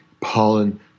pollen